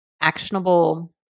actionable